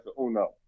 uno